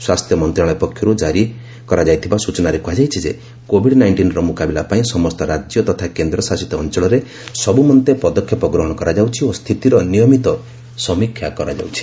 ସ୍ୱାସ୍ଥ୍ୟ ମନ୍ତ୍ରଣାଳୟ ପକ୍ଷରୁ ଜାରି କରାଯାଇଥିବା ସ୍ତଚନାରେ କୁହାଯାଇଛି ଯେ କୋଭିଡ୍ ନାଇଷ୍ଟିନ୍ର ମୁକାବିଲା ପାଇଁ ସମସ୍ତ ରାଜ୍ୟ ତଥା କେନ୍ଦ୍ର ଶାସିତ ଅଞ୍ଚଳରେ ସବୁମନ୍ତେ ପଦକ୍ଷେପ ଗ୍ରହଣ କରାଯାଉଛି ଓ ସ୍ଥିତିର ନିୟମିତ ସମୀକ୍ଷା କରାଯାଉଛି